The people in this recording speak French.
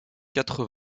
quatre